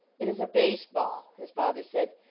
it is a base-ball, his father said,